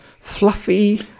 fluffy